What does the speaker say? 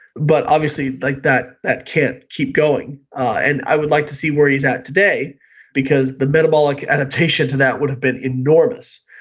but obviously like that that can't keep going. and i would like to see where he's at today because the metabolic adaptation to that would have been enormous.